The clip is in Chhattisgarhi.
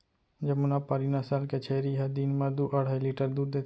जमुनापारी नसल के छेरी ह दिन म दू अढ़ाई लीटर दूद देथे